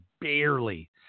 barely